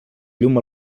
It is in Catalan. llum